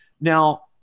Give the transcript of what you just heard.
Now